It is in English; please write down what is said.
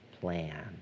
plan